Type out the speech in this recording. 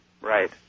Right